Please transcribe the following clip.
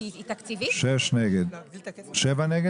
שבעה נגד.